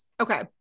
Okay